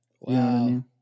Wow